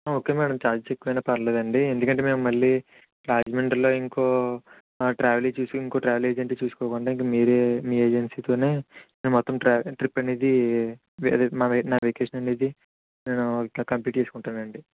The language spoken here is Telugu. ఓకే మ్యాడం చార్జీ ఎక్కువైనా పర్లేదండి ఎందుకంటే మేము మళ్ళీ రాజమండ్రిలో ఇంకో ట్రావెల్ ఇంకో ట్రావెల్ ఏజెన్సీ చూసుకోకుండా ఇంక మీరే మీ ఏజెన్సీ తోనే మొత్తం ట్రా ట్రిప్ అనేది నా నా వెకేషన్ అనేది కంప్లీట్ చేసుకుంటానండి